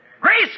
Grace